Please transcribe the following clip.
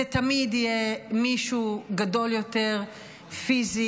זה תמיד יהיה מישהו גדול יותר פיזית,